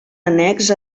annex